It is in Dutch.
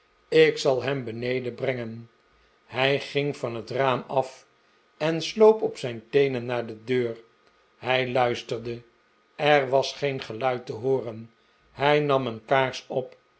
ik zal hem beneden brengen hij ging van het raam af en sloop op zijn teenen naar de deur hij luisterde er was geen geluid te hooren hij nam een kaars op